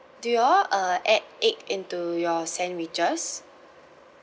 do you all uh add egg into your sandwiches